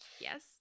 Yes